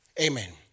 Amen